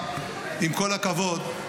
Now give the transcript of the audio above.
עם כל הכבוד,